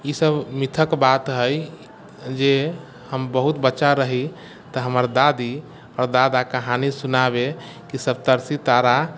ई सब मिथक बात हइ जे हम बहुत बच्चा रही तऽ हमर दादी आओर दादा कहानी सुनाबै कि सप्तर्षी तारा